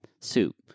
soup